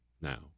now